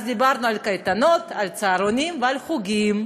אז דיברנו על קייטנות, על צהרונים ועל חוגים.